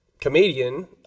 comedian